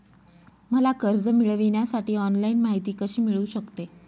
मला कर्ज मिळविण्यासाठी ऑनलाइन माहिती कशी मिळू शकते?